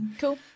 Cool